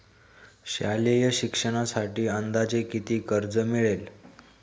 शालेय शिक्षणासाठी अंदाजे किती कर्ज मिळेल?